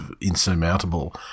insurmountable